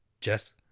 Jess